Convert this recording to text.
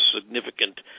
significant